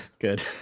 good